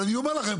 אבל אני אומר לכם,